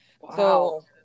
Wow